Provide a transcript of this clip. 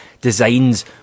designs